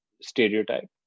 stereotype